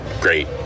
great